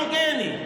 כל כך הומוגני.